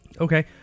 Okay